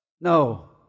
No